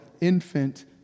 infant